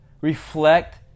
reflect